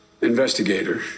investigator